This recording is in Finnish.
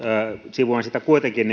sivuan sitä kuitenkin